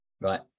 right